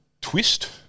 Twist